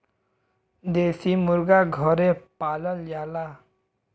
देसी मुरगा घरे पालल जाला